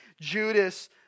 Judas